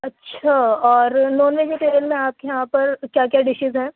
اچھا اور non vegetarian میں آپ کے یہاں پر کیا کیا ڈشیز ہیں